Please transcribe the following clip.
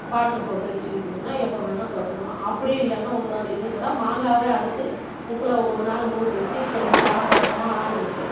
பாட்டில்ல போட்டு வச்சிக்கிட்டோமுன்னா எப்போ வேணா தொட்டுக்கலாம் அப்படியும் இல்லைனா இன்னொரு இதுக்கூட மாங்காவே அறுத்து உப்பில் ஒரு நாள் ஊற வச்சி கொஞ்சம் காத்தோட்டமாக ஆற வச்சி